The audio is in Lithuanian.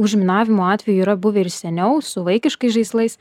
užminavimo atvejų yra buvę ir seniau su vaikiškais žaislais